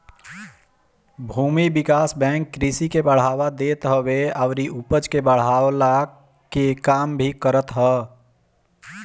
भूमि विकास बैंक कृषि के बढ़ावा देत हवे अउरी उपज के बढ़वला कअ काम भी करत हअ